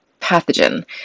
pathogen